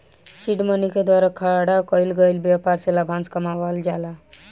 seed money के द्वारा खड़ा कईल गईल ब्यपार से लाभांस कमावल जाला